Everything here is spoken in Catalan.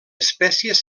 espècies